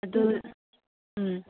ꯑꯗꯨ ꯎꯝ